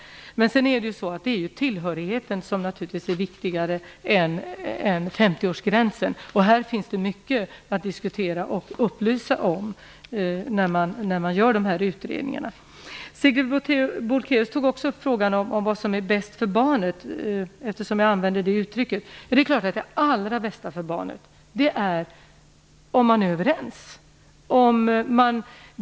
Tillhörigheten är naturligtvis viktigare än 50 årsgränsen. Här finns det mycket att diskutera och upplysa om när man gör en utredning. Sigrid Bolkéus tog också upp frågan om vad som är bäst för barnet, eftersom jag använde det uttrycket. Det är klart att det allra bästa för barnet är om man är överens.